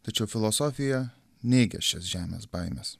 tačiau filosofija neigia šias žemės baimes